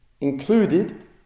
Included